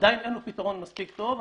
שעדיין אין לו פתרון מספיק טוב.